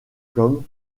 comme